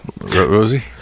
Rosie